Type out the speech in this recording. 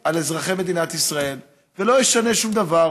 על אזרחי מדינת ישראל ולא ישנה שום דבר,